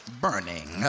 burning